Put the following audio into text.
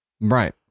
Right